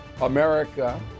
America